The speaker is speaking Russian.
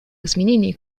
изменении